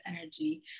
energy